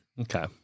Okay